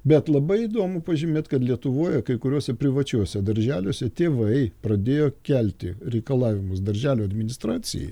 bet labai įdomu pažymėt kad lietuvoje kai kuriuose privačiuose darželiuose tėvai pradėjo kelti reikalavimus darželio administracijai